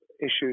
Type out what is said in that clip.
issues